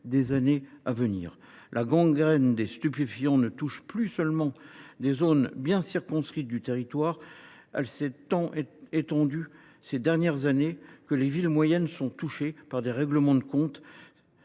des années à venir. La gangrène des stupéfiants ne touche plus seulement des zones bien circonscrites du territoire. Elle s’est tant étendue ces dernières années que même les villes moyennes et les zones rurales sont touchées par des règlements de comptes.